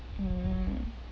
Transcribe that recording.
mm